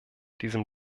diesem